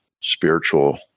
spiritual